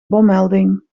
bommelding